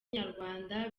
nyarwanda